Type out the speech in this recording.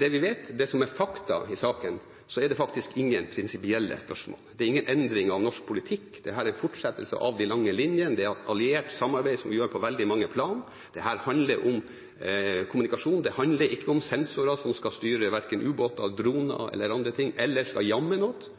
Det vi vet, det som er fakta i saken, er at det faktisk ikke er noen prinsipielle spørsmål. Det er ingen endring av norsk politikk. Dette er en fortsettelse av de lange linjene. Det er et alliert samarbeid som vi har på veldig mange plan. Dette handler om kommunikasjon. Det handler ikke om sensorer som skal styre verken ubåter, droner eller andre ting, eller som skal